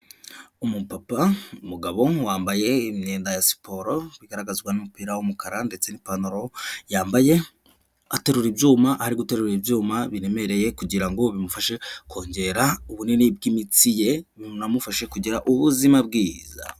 Umupapa; umugabo wambaye imyenda ya siporo igaragazwa n'umupira w'umukara ndetse n'ipantaro yambaye aterura ibyuma ari guterura ibyuma biremereye kugira ngo bimufashe kongera ubunini bw'imitsi ye binamufashe kugira ubuzima bwiza.